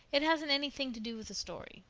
it hasn't anything to do with the story,